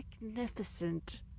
magnificent